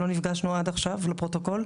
שלא נפגשנו עד עכשיו.